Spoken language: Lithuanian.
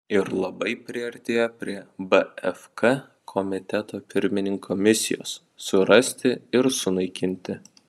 ir labai priartėjo prie bfk komiteto pirmininko misijos surasti ir sunaikinti